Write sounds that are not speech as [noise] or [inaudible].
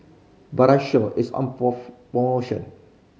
Berocca is on [unintelligible] promotion